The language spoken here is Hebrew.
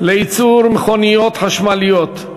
לייצור מכוניות חשמליות,